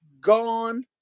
gone